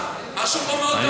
משהו פה מאוד לא,